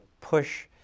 push